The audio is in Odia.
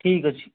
ଠିକ୍ ଅଛି